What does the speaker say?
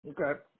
Okay